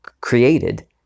created